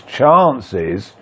chances